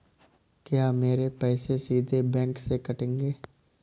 क्या मेरे पैसे सीधे बैंक से कटेंगे?